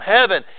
heaven